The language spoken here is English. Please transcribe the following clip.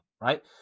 Right